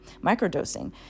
microdosing